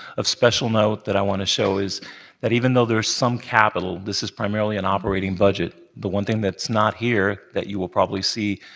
of special note that i want to show is that even though there's some capital, this is primarily an operating budget. the one thing that's not here that you will probably see,